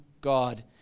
God